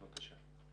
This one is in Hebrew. בבקשה.